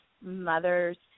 mothers